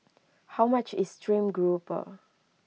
how much is Stream Grouper